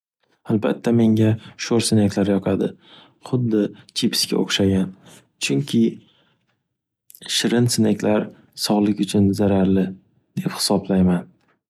Albatta menga sho'r sineklar yoqadi, xuddi chipsga o'xshagan, chunki shirin sneklar sog'lik uchun zararli deb hisoblayman.